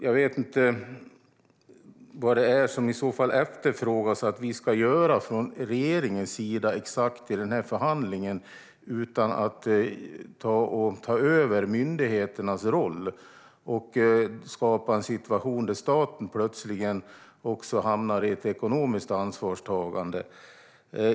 Jag vet inte vad det är som i så fall efterfrågas, vad exakt det är vi ska göra från regeringens sida i denna förhandling utan att ta över myndigheternas roll och skapa en situation där staten plötsligt hamnar i ett ekonomiskt ansvarstagande.